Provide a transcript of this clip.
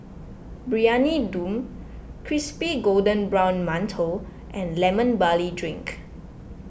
Briyani Dum Crispy Golden Brown Mantou and Lemon Barley Drink